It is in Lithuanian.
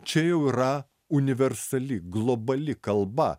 čia jau yra universali globali kalba